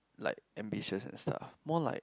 like ambitious and stuff more like